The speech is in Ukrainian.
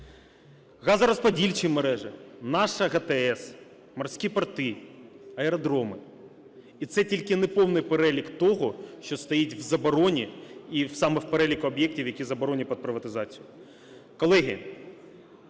газорозподільчі мережі, наша ГТС, морські порти, аеродроми. І це тільки неповний перелік того, що стоїть в забороні і в саме в переліку об'єктів, які заборонені під приватизацію.